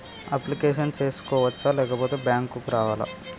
Application చేసుకోవచ్చా లేకపోతే bank రావాలా?